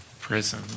prison